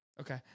Okay